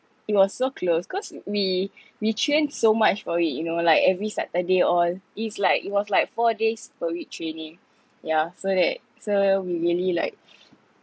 it was so close cause we we trained so much for it you know like every saturday all it's like it was like four days per week training yeah so that so we really like